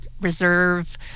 reserve